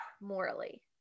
morally